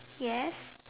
yes